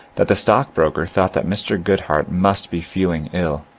that the stockbroker thought that mr. goodhart must be feeling ill,